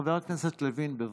חבר הכנסת לוין, בבקשה.